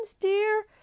dear